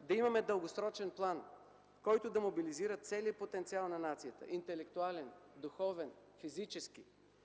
да имаме дългосрочен план, който да мобилизира целия потенциал на нацията – интелектуален, духовен, физически.